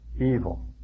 evil